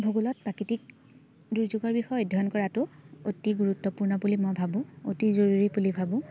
ভূগোলত প্ৰাকৃতিক দুৰ্যোগৰ বিষয়ে অধ্যয়ন কৰাটো অতি গুৰুত্বপূৰ্ণ বুলি মই ভাবোঁ অতি জৰুৰী বুলি ভাবোঁ